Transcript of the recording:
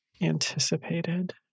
anticipated